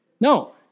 No